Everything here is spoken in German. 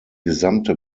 gesamte